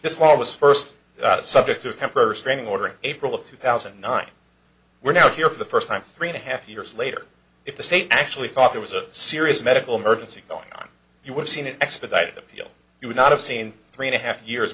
this law was first subject to a temporary restraining order in april of two thousand and nine we're now here for the first time three and a half years later if the state actually thought there was a serious medical emergency going on you would see an expedited appeal you would not have seen three and a half years